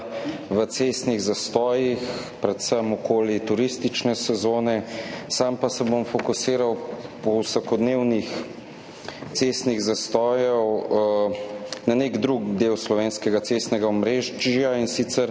v cestnih zastojih, predvsem okoli turistične sezone, sam pa se bom fokusiral od vsakodnevnih cestnih zastojev na nek drug del slovenskega cestnega omrežja, in sicer